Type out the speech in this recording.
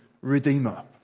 Redeemer